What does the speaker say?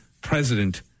president